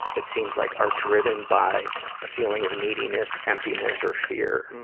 it seems like are driven by a feeling of neediness, emptiness, or fear.